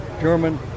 German